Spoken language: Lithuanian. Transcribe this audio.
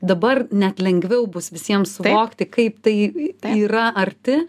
dabar net lengviau bus visiems suvokti kaip tai yra arti